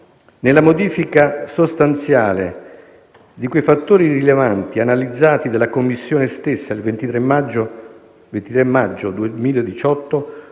nella modifica sostanziale di quei fattori rilevanti analizzati dalla Commissione stessa il 23 maggio 2018,